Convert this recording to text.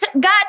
God